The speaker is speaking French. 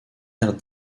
aires